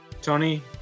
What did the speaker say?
tony